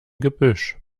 gebüsch